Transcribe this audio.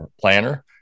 planner